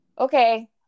Okay